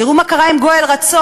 תראו מה קרה עם גואל רצון,